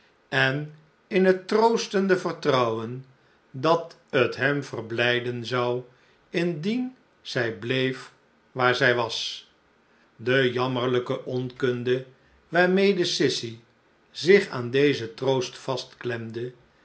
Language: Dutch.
en in het troostende vertrouwen dat het hem verblijden zou indien zij bleef waar zij was de jammerlijke onkunde waarmede sissy zich aan dezen troost